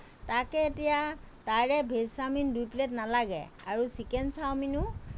তাকে এতিয়া তাৰে ভেজ চাওমিন দুই প্লেট নালাগে আৰু চিকেন চাওমিনো